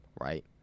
right